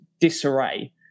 disarray